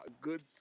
good